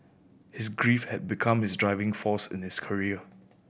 his grief had become his driving force in his career